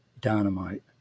dynamite